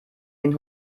den